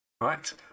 Right